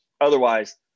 Otherwise